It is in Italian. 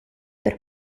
per